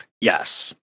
Yes